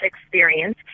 experience